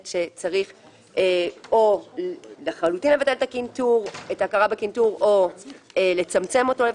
שצריך לבטל לחלוטין את ההכרה בקנטור או לפחות לצמצמה.